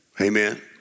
Amen